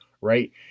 Right